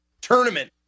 tournament